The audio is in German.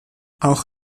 auch